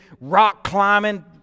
rock-climbing